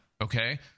okay